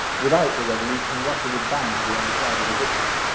without the revolution, russia was bound to be on the side of the victors.